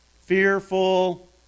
fearful